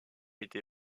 été